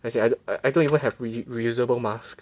as in I don't I don't even have reusable mask